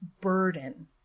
burden